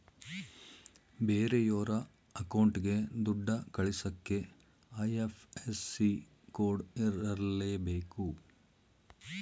ಬೇರೆಯೋರ ಅಕೌಂಟ್ಗೆ ದುಡ್ಡ ಕಳಿಸಕ್ಕೆ ಐ.ಎಫ್.ಎಸ್.ಸಿ ಕೋಡ್ ಇರರ್ಲೇಬೇಕು